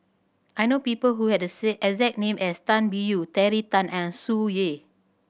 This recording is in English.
I know people who have the exact name as Tan Biyun Terry Tan and Tsung Yeh